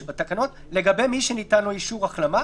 שבתקנות, לגבי מי שניתן לו אישור החלמה,